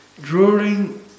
drawing